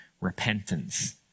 repentance